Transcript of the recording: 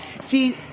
See